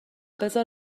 بزار